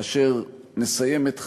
כאשר נסיים את חיינו,